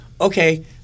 Okay